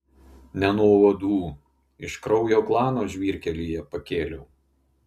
ne nuo uogų iš kraujo klano žvyrkelyje pakėliau